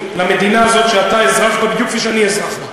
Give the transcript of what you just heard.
למדינה הזאת שאתה אזרח בה בדיוק כפי שאני אזרח בה.